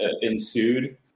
ensued